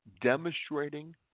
demonstrating